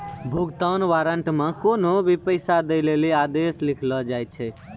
भुगतान वारन्ट मे कोन्हो भी पैसा दै लेली आदेश लिखलो जाय छै